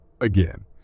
Again